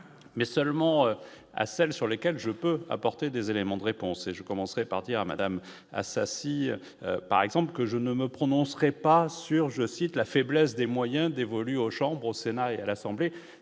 mais seulement à celles sur lesquelles je peux apporter des éléments de réponse et je commencerai partira Madame Assassi, par exemple, que je ne me prononcerai pas sur, je cite la faiblesse des moyens dévolus aux chambres au Sénat et à l'Assemblée,